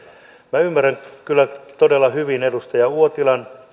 minä ymmärrän kyllä todella hyvin edustaja uotilan